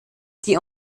die